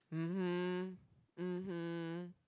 mmhmm mmhmm